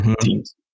teams